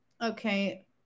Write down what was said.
Okay